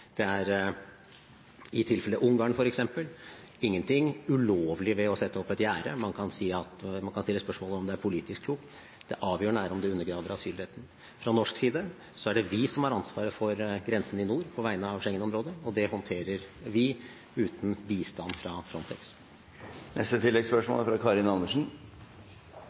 Det er – i tilfellet Ungarn, f.eks. – ingenting ulovlig ved å sette opp et gjerde. Man kan stille spørsmålet om det er politisk klokt. Det avgjørende er om det undergraver asylretten. Fra norsk side er det vi som har ansvaret for grensen i nord på vegne av Schengen-området, og det håndterer vi, uten bistand fra Frontex. Karin Andersen – til oppfølgingsspørsmål. Det er